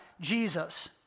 Jesus